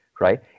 Right